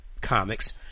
Comics